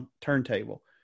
turntable